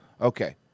Okay